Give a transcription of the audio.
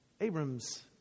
Abram's